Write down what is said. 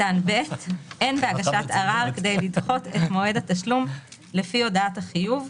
"(ב)אין בהגשת ערר כדי לדחות את מועד התשלום לפי הודעת החיוב,